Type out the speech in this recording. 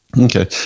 okay